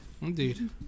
indeed